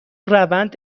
روند